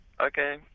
Okay